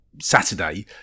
Saturday